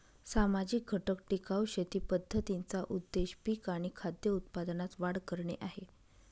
सामाजिक घटक टिकाऊ शेती पद्धतींचा उद्देश पिक आणि खाद्य उत्पादनात वाढ करणे आहे